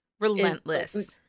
relentless